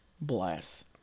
Bless